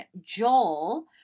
Joel